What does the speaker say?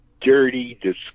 dirty